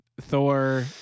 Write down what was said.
Thor